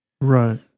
Right